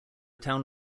town